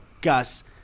Gus